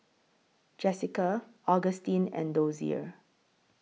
Jessika Augustine and Dozier